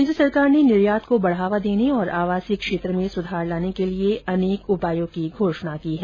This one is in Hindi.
केन्द्र सरकार ने निर्यात को बढावा देने और आवासीय क्षेत्र में सुधार लाने के लिए अनेक उपायों की घोषणा की है